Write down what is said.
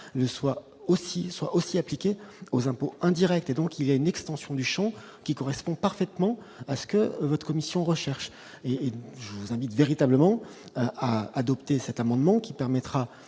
ne soit aussi soit aussi appliquée aux impôts indirects et donc il y a une extension du Champ qui correspond parfaitement à ce que votre commission recherche et je vous invite véritablement à adopter cet amendement qui permettra